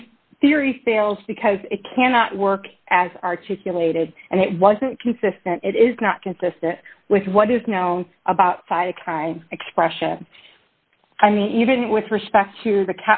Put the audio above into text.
this theory fails because it cannot work as articulated and it wasn't consistent it is not consistent with what is now about cytokine expression i mean even with respect to the